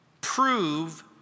prove